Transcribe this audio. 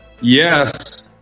Yes